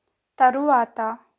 తరువాత